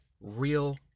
Real